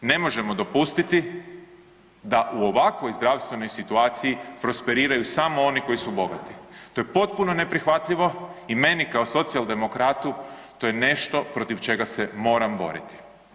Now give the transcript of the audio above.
Ne možemo dopustiti da u ovakvoj zdravstvenoj situaciji prosperiraju samo oni koji su bogati, to je potpuno neprihvatljivo i meni kao socijaldemokratu to je nešto protiv čega se moram boriti.